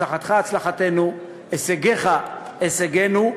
הצלחתך, הצלחתנו, הישגיך, הישגינו.